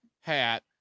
hat